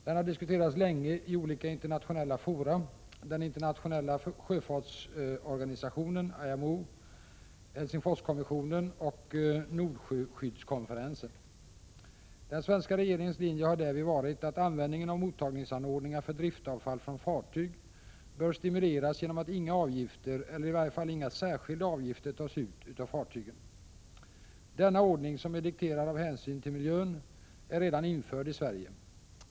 Den har diskuterats länge i olika internationella fora — den internationella sjöfartsorganisationen IMO, Helsingforskommissionen och Nordsjöskyddskonferensen. Den svenska regeringens linje har därvid varit att användningen av mottagningsanordningar för driftavfall från fartyg bör stimuleras genom att inga avgifter, eller i varje fall inga särskilda avgifter, tas ut av fartygen. Denna ordning, som är dikterad av hänsynen till miljön, är redan införd i Sverige.